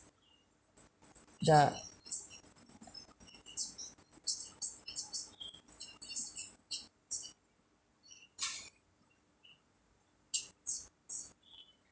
the